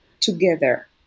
together